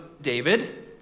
David